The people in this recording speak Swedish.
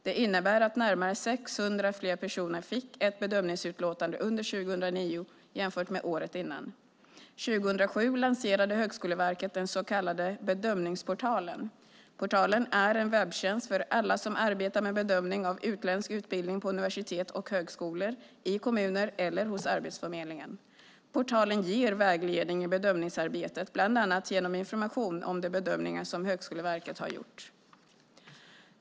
Det innebär att närmare 600 fler personer fick ett bedömningsutlåtande under 2009 jämfört med året innan. År 2007 lanserade Högskoleverket den så kallade bedömningsportalen. Portalen är en webbtjänst för alla som arbetar med bedömning av utländsk utbildning på universitet och högskolor, i kommuner eller hos Arbetsförmedlingen. Portalen ger vägledning i bedömningsarbetet, bland annat genom information om de bedömningar som Högskoleverket har gjort.